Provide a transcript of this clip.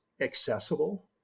accessible